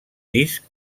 disc